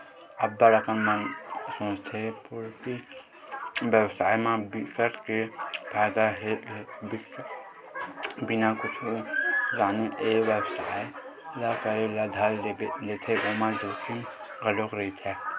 अब्ब्ड़ अकन मनसे मन सोचथे पोल्टी बेवसाय म बिकट के फायदा हे बिना कुछु जाने ए बेवसाय ल करे ल धर लेथे ओमा जोखिम घलोक रहिथे